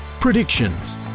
predictions